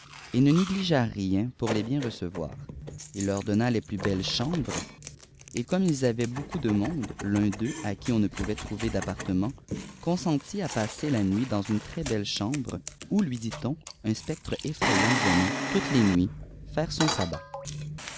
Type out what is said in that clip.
et ne négligea rien pour les bien recevoir il leur donna les plus belles chambres et comme il avait beaucoup de monde l'un d'eux à qui on ne pouvait trouver d'appartement coqsentit à passer la nuit dans une très beue chambre où lui dit-on un spectre effrayant venait toutes les nuits faire son sabbat